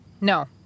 No